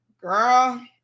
girl